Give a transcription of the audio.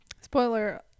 spoiler